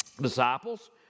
Disciples